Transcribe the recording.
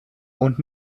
und